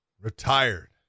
retired